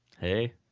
Hey